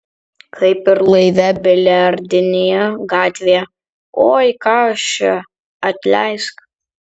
kaip ir laive biliardinėje gatvėje oi ką aš čia atleisk